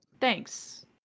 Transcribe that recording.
Thanks